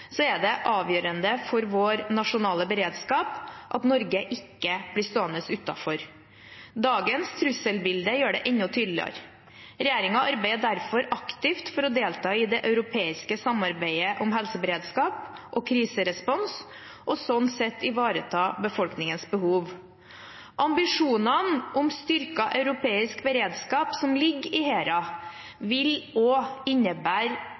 er det avgjørende for vår nasjonale beredskap at Norge ikke blir stående utenfor. Dagens trusselbilde gjør det enda tydeligere. Regjeringen arbeider derfor aktivt for å delta i det europeiske samarbeidet om helseberedskap og kriserespons og slik ivareta befolkningens behov. Ambisjonene om styrket europeisk beredskap som ligger i HERA, vil også innebære